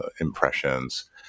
impressions